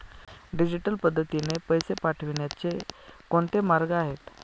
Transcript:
Digital पद्धतीने पैसे पाठवण्याचे कोणते मार्ग आहेत?